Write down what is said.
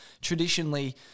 traditionally